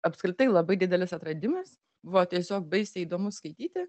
apskritai labai didelis atradimas buvo tiesiog baisiai įdomu skaityti